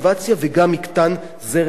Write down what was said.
וגם יקטן זרם הבאים.